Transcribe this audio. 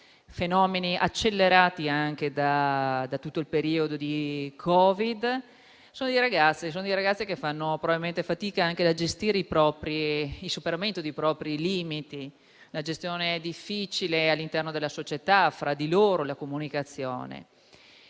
fenomeni accelerati anche da tutto il periodo del Covid. I ragazzi fanno fatica probabilmente anche a gestire il superamento dei propri limiti; una gestione difficile all'interno della società, fra di loro e con la comunicazione.